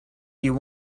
you